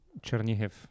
Chernihiv